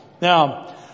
Now